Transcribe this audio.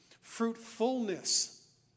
fruitfulness